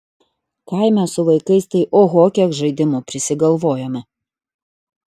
kaime su vaikais tai oho kiek žaidimų prisigalvojame